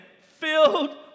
filled